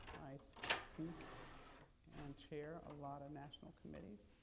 i speak and chair a lot of national committees,